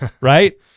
Right